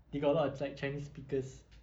they got a lot of like chinese speakers